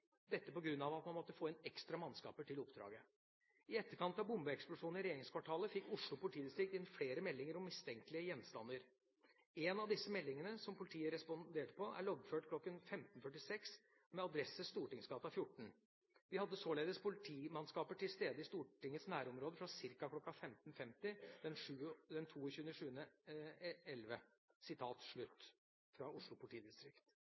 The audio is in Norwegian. Dette at man måtte få inn ekstra mannskaper til oppdraget. I etterkant av bombeeksplosjonen i Regjeringskvartalet fikk Oslo politidistrikt inn flere meldinger om mistenkelige gjenstander. En av disse meldingene som politiet responderte på, er loggført kl.1546 med adresse Stortingsgata 14. Vi hadde således politimannskaper til stede i Stortingets nærområde fra ca. kl. 1550 den